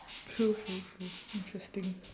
true true true interesting